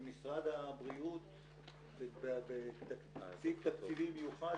שמשרד הבריאות בסעיף תקציבי מיוחד